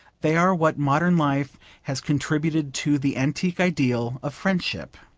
they are what modern life has contributed to the antique ideal of friendship.